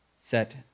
set